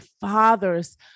father's